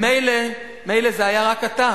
מילא זה היה רק אתה,